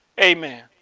amen